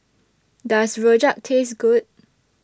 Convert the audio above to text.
Does Rojak Taste Good